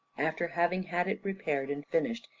after having had it repaired and finished,